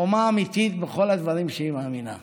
חומה אמיתית בכל הדברים שהיא מאמינה בהם.